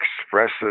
expresses